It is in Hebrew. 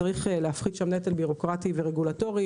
להפחית נטל בירוקרטי ורגולטורי.